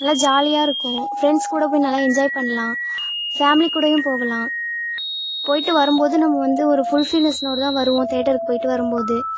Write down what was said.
நல்லா ஜாலியாக இருக்கும் ஃப்ரெண்ட்ஸ் கூட போய் நல்லா என்ஜாய் பண்ணலாம் ஃபேம்லி கூடவும் போகலாம் போயிட்டு வரும் போது நம்ம வந்து ஒரு ஃபுல்ஃபில்னஸ்னோடு தான் வருவோம் தேட்டருக்குப் போயிட்டு வரும் போது